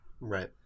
Right